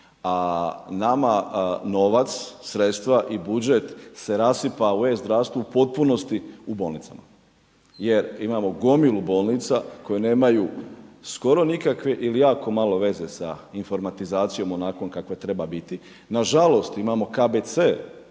A nama novac, sredstva i budžet se rasipa u e-zdravstvu u potpunosti u bolnicama jer imamo gomilu bolnica koje nemaju skoro nikakve ili jako malo veza sa informatizacijom onakvom kakva treba biti. Nažalost, imamo KBC